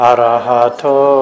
Arahato